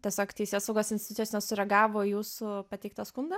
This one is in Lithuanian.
tiesiog teisėsaugos institucijos nesureagavo į jūsų pateiktą skundą